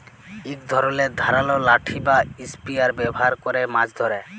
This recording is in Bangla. ইক ধরলের ধারালো লাঠি বা ইসপিয়ার ব্যাভার ক্যরে মাছ ধ্যরে